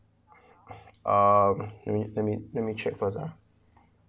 uh let me let me let me check first uh